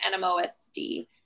NMOSD